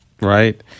Right